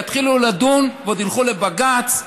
ובמקום שיתחילו לדון עוד ילכו לבג"ץ,